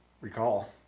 recall